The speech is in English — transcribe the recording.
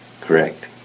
Correct